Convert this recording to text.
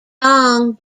long